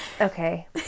Okay